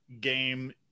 game